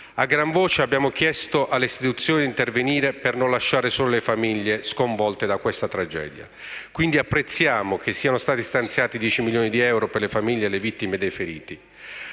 A gran voce abbiamo chiesto alle istituzioni di intervenire per non lasciare sole le famiglie sconvolte da questa tragedia. Apprezziamo, quindi, che siano stati stanziati 10 milioni di euro per le famiglie delle vittime e per i feriti.